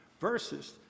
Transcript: versus